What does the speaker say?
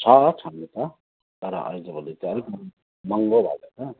छ छन त तर आजभोलि चाहिँ अलिक मङ् महँगो भएको छ